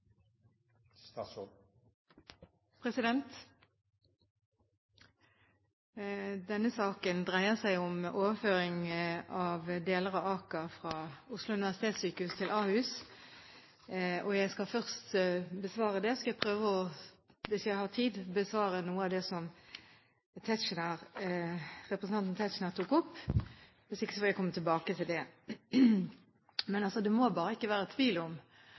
Denne saken dreier seg om overføring av deler av Aker fra Oslo universitetssykehus til Ahus. Jeg skal først besvare det. Så skal jeg prøve, hvis jeg har tid, å besvare noe av det som representanten Tetzschner tok opp. Hvis ikke får jeg komme tilbake til det. Men det må bare ikke være tvil om